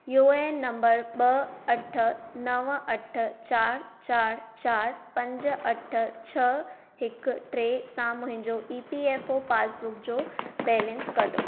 U A N number ॿ अठ नव अठ चारि चारि चारि पंज अठ छह हिकु टे सां मुंहिंजी E P F O passbook जो बैलेंस कढो